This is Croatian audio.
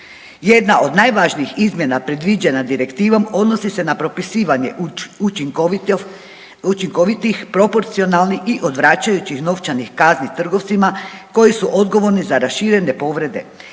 Jedna od najvažnijih izmjena predviđena direktivom odnosi se na propisivanje učinkovitih proporcionalnih i odvraćajućih novčanih kazni trgovcima koji su odgovorni za raširene povrede.